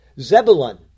Zebulun